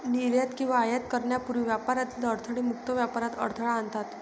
निर्यात किंवा आयात करण्यापूर्वी व्यापारातील अडथळे मुक्त व्यापारात अडथळा आणतात